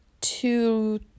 two